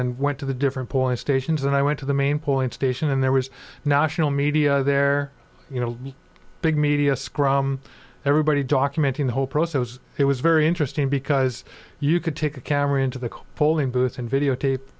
and went to the different point stations and i went to the main point station and there was national media there you know big media scrum everybody documenting the whole process it was very interesting because you could take a camera into the polling booth and videotape